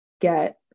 get